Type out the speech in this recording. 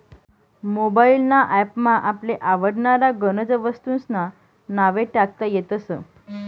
mobile ना app मा आपले आवडनारा गनज वस्तूंस्ना नावे टाकता येतस